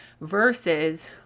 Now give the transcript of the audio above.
versus